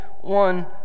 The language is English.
one